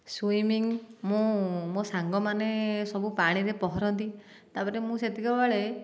swimming ମୁଁ ମୋ ସାଙ୍ଗମାନେ ସବୁ ପାଣିରେ ପହଁରନ୍ତି ତାପରେ ମୁଁ ସେତିକିବେଳେ